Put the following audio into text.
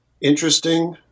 Interesting